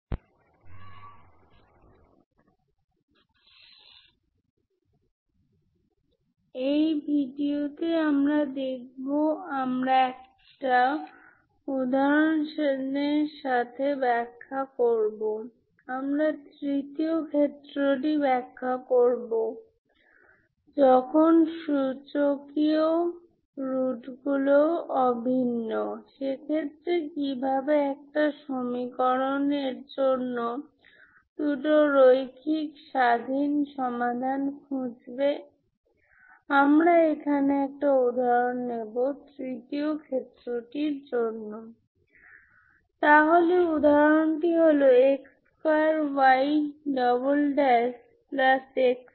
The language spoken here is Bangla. আমরা পিরিওডিক স্টর্ম লিওভিলে সিস্টেম এর একটি উদাহরণ দেখছিলাম আমরা যা দেখেছি আমরা সেই অপারেটর কে দেখেছি আমরা ইগেনভ্যালুস খুঁজে বের করার চেষ্টা করছিলাম আমরা ইগেনভ্যালুস এবং ইগেনফাংশন্স এর সাথে লেমডা সম্পর্কিত পসিটিভ খুঁজে পেয়েছি